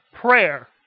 prayer